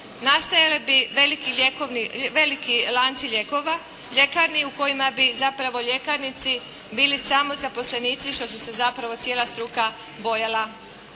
Nastajali bi veliki lanci ljekarni u kojima bi zapravo ljekarnici bili samo zaposlenici što se zapravo cijela struka bojala.